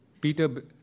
Peter